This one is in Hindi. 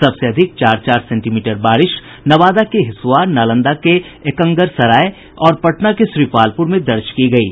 सबसे अधिक चार चार सेंटीमीटर बारिश नवादा के हिसुआ नालंदा के एकंगरसराय और पटना के श्रीपालपुर में दर्ज की गयी